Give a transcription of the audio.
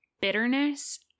bitterness